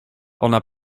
ona